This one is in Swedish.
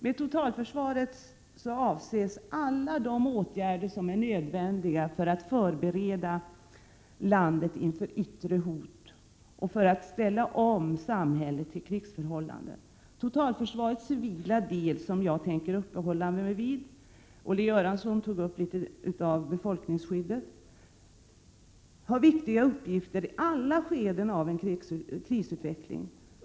Med totalförsvaret avses alla de åtgärder som är nödvändiga för att förbereda landet inför yttre hot och för att ställa om samhället till krigsförhållanden. Totalförsvarets civila del, som jag tänker uppehålla mig vid — förutom befolkningsskyddet, som Olle Göransson berört — har viktiga uppgifter i alla skeden av en krisutveckling.